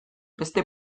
beste